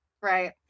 right